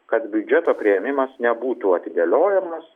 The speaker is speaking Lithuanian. kad biudžeto priėmimas nebūtų atidėliojamas